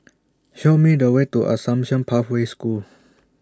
Show Me The Way to Assumption Pathway School